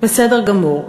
בסדר גמור,